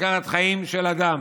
לקחת חיים של אדם,